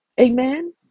Amen